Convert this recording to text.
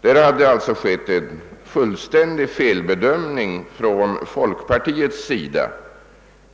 Därvidlag hade alltså skett en fullständig felbedömning från folkpartiets sida,